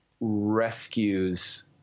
rescues